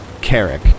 Carrick